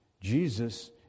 Jesus